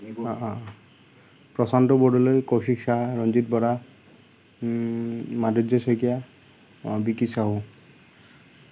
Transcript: Prashanta Bordoloi Kaushik Saha Ranjit Bora Madhurjya Saikia Vicky Sahu